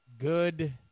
Good